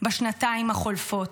בשנתיים החולפות.